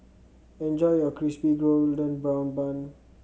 enjoy your Crispy Golden Brown Bun